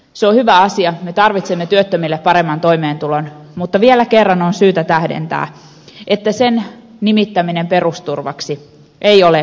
se on hyvä asia me tarvitsemme työttömille paremman toimeentulon mutta vielä kerran on syytä tähdentää että sen nimittäminen perusturvaksi ei ole oikein